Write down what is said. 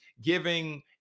giving